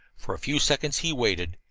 for a few seconds he waited,